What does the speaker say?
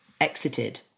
exited